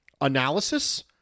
Analysis